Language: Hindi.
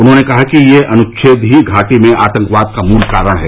उन्होंने कहा कि यह अनुच्छेद ही घाटी में आतंकवाद का मूल कारण है